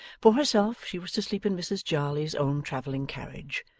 for herself, she was to sleep in mrs jarley's own travelling-carriage,